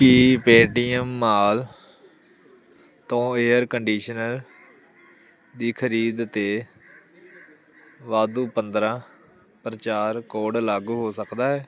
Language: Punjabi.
ਕੀ ਪੇਟੀਐਮ ਮਾਲ ਤੋਂ ਏਅਰ ਕੰਡੀਸ਼ਨਰ ਦੀ ਖਰੀਦ 'ਤੇ ਵਾਧੂ ਪੰਦਰਾਂ ਪ੍ਰਚਾਰ ਕੋਡ ਲਾਗੂ ਹੋ ਸਕਦਾ ਹੈ